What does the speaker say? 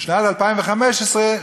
בשנת 2015,